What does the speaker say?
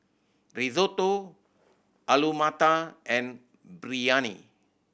Risotto Alu Matar and Biryani